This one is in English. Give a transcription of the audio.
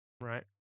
Right